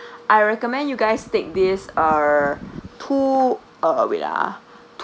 I recommend you guys take this err two uh wait ah